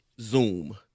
Zoom